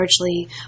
largely